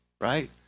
right